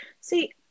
See